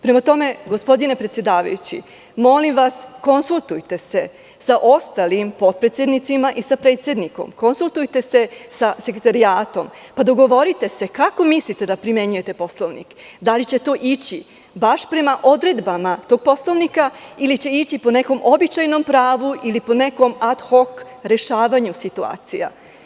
Gospodine predsedavajući, molim vas, konsultujte se sa ostalim potpredsednicima i sa predsednikom, konsultujte se sa sekretarijatom, pa se dogovorite kako mislite da primenjujete Poslovnik, da li će to ići baš prema odredbama tog Poslovnika ili će ići po nekom običajnom pravu ili po nekom ad hok rešavanju situacija.